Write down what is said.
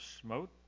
smote